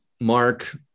mark